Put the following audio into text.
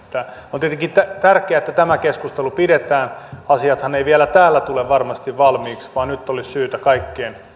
on tietenkin tärkeää että tämä keskustelu pidetään asiathan eivät vielä täällä tule varmasti valmiiksi vaan nyt olisi syytä kaikkien kääriä